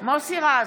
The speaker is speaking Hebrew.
בעד מוסי רז,